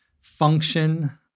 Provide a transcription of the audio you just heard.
function